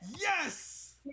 Yes